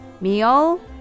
Meal